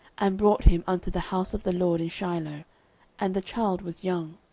and brought him unto the house of the lord in shiloh and the child was young.